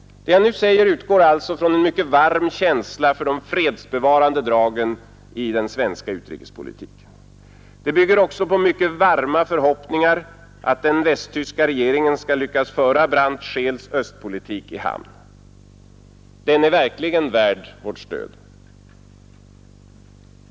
Det jag nu säger utgår alltså från en mycket varm känsla för de fredsbevarande dragen i den svenska utrikespolitiken. Det bygger också på mycket varma förhoppningar att den västtyska regeringen skall lyckas föra Brandt-Scheels östpolitik i hamn. Den är verkligen värd vårt stöd.